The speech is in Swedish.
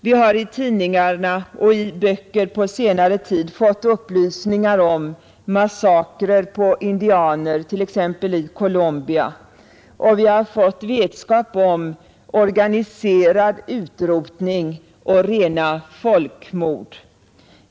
Vi har i tidningar och böcker på senare tid fått upplysningar om massakrer på indianer, t.ex. i Colombia, och vi har fått vetskap om organiserad utrotning och rena folkmord.